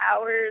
hours